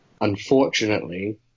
unfortunately